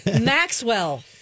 Maxwell